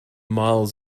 miles